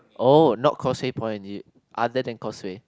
oh not Causeway Point is it other than Causeway